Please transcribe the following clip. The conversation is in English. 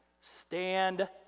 Stand